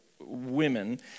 women